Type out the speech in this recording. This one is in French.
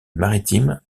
maritime